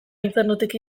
infernutik